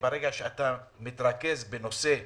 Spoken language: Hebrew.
ברגע שאתה מתרכז בנושא ספציפי,